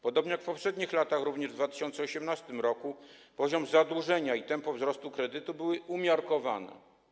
Podobnie jak w poprzednich latach również w 2018 r. poziom zadłużenia i tempo wzrostu kredytów były umiarkowane.